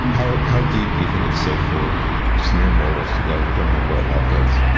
how how deep do you think it's safe for just mere mortals to go who don't have white lab coats?